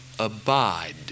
Abide